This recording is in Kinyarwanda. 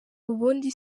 ubundi